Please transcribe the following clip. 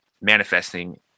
manifesting